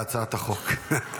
להצעת החוק.